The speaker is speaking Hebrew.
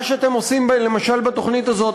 מה שאתם עושים למשל בתוכנית הזאת,